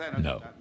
no